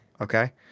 okay